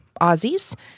Aussies